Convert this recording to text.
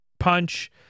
Punch